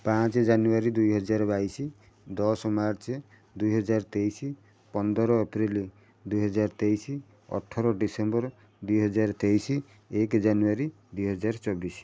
ପାଞ୍ଚ ଜାନୁଆରୀ ଦୁଇ ହଜାର ବାଇଶି ଦଶ ମାର୍ଚ୍ଚ ଦୁଇ ହଜାର ତେଇଶି ପନ୍ଦର ଏପ୍ରିଲ ଦୁଇ ହଜାର ତେଇଶି ଅଠର ଡିସେମ୍ବର ଦୁଇ ହଜାର ତେଇଶି ଏକ ଜାନୁଆରୀ ଦୁଇ ହଜାର ଚବିଶି